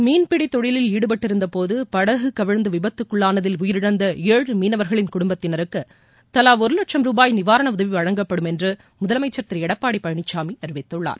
மீன்பிடி தொழிலில் ஈடுபட்டிருந்தபோது படகு கவிழ்ந்து விபத்துக்குள்ளானதில் உயிரிழந்த ஏழு மீனவர்களின் குடும்பத்தினருக்கு தலா ஒரு லட்சம் ரூபாய் நிவாரண உதவி வழங்கப்படும் என்று முதலமைச்சர் திரு எடப்பாடி பழனிசாமி அறிவித்துள்ளார்